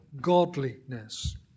godliness